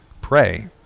pray